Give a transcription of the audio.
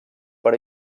per